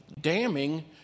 damning